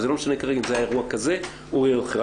וזה לא משנה כרגע אם זה היה אירוע כזה או אירוע אחר.